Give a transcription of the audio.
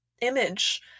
image